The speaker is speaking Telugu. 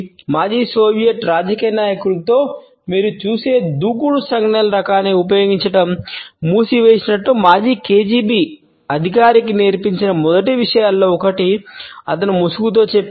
మాజీ సోవియట్ రాజకీయ నాయకులలో మీరు చూసే దూకుడు సంజ్ఞల రకాన్ని ఉపయోగించడం మానేసినట్లు మాజీ కెజిబి అధికారికి నేర్పించిన మొదటి విషయాలలో ఒకటి అతను ముసుగుతో చెప్పాడు